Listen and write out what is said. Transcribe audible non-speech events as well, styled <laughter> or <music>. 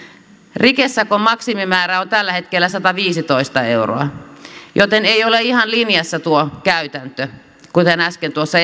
rikesakon maksimimäärä on tällä hetkellä sataviisitoista euroa joten ei ole ihan linjassa tuo käytäntö kuten äsken tuossa <unintelligible>